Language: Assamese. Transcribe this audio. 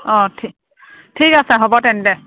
অ ঠি ঠিক আছে হ'ব তেন্তে